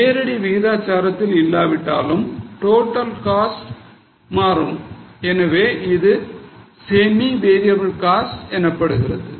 நேரடி விகிதாச்சாரத்தில் இல்லாவிட்டாலும் total cost மாறும் எனவே இது semi variable cost எனப்படுகிறது